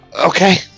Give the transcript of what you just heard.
Okay